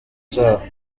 zabo